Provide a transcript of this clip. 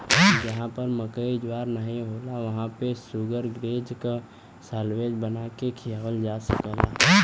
जहां पर मकई ज्वार नाहीं होला वहां पे शुगरग्रेज के साल्लेज बना के खियावल जा सकला